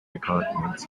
continents